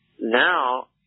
now